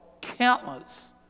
countless